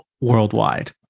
worldwide